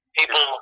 people